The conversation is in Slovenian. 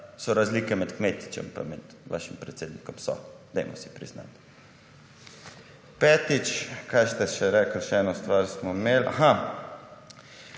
razlike med Kmetičem pa med vašim predsednikom. So. Dajmo si priznati. Petič. Kaj ste še rekli, še eno stvar smo imeli? Aha,